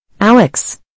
Alex